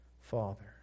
Father